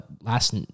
last